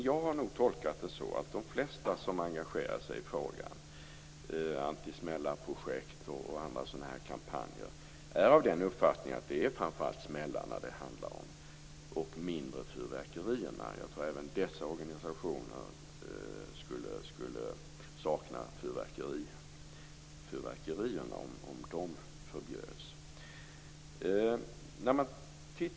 Jag har nog tolkat det så att de flesta som engagerar sig i frågan, i antismällarprojekt m.fl. sådana kampanjer, är av den uppfattningen att det framför allt är smällarna det handlar om, mindre fyrverkerierna. Jag tror att även dessa organisationer skulle sakna fyrverkerierna om dessa förbjöds.